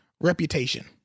reputation